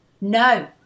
no